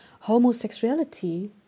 Homosexuality